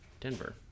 Denver